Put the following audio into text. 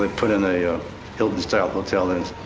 and put in a ah hilton style hotel and it's